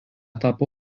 tapo